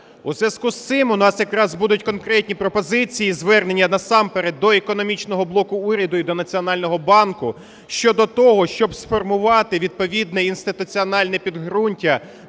У зв'язку з цим у нас якраз будуть конкретні пропозиції, звернення насамперед до економічного блоку уряду і до Національного банку щодо того, щоб сформувати відповідне інституціональне підґрунтя